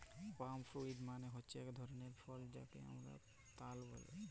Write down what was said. পাম fruit মালে হচ্যে এক ধরলের ফল যাকে হামরা তাল ব্যলে